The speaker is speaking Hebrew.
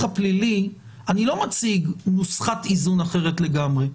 הפלילי אני לא מציג נוסחת איזון אחרת לגמרי,